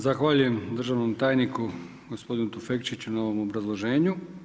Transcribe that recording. Zahvaljujem državnom tajniku, gospodinu Tufekčiću na ovom obrazloženju.